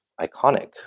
iconic